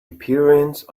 appearance